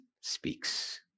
speaks